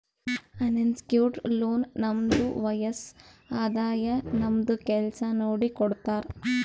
unsecured loan ನಮ್ದು ವಯಸ್ಸ್, ಆದಾಯ, ನಮ್ದು ಕೆಲ್ಸಾ ನೋಡಿ ಕೊಡ್ತಾರ್